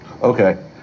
Okay